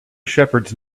shepherds